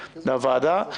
לוועדה.